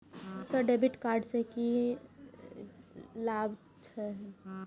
Sir debit card से की से की लाभ हे छे?